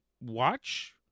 watch